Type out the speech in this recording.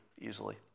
easily